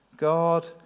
God